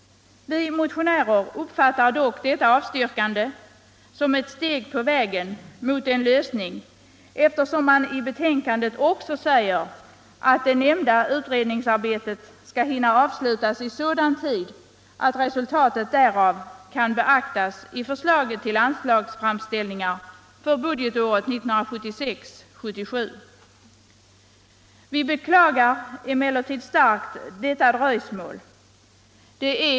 Vi motionärer uppfattar emellertid detta avstyrkande som ett steg på vägen mot en lösning, eftersom man i betänkandet också säger att det nämnda utredningsarbetet skall hinna avslutas i sådan tid att resultatet därav kan beaktas i förslaget till anslagsframställningar för budgetåret 1976/1977. Vi beklagar givetvis detta dröjsmål.